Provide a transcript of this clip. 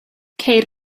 ceir